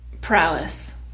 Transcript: Prowess